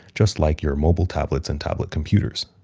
just like your mobile tablets and tablet computers.